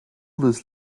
this